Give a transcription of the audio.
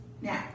Now